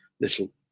little